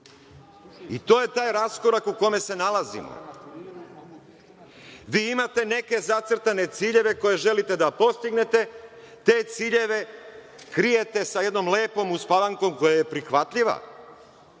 I, to je taj raskorak u kome se nalazimo. Vi imate neke zacrtane ciljeve koji želite da postignete, te ciljeve krijete sa jednom lepom uspavankom koja je prihvatljiva,